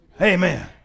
Amen